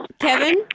Kevin